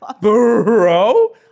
Bro